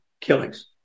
killings